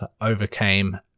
overcame